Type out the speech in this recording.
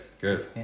Good